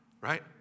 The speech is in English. Right